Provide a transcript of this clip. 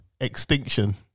extinction